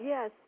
Yes